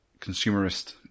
consumerist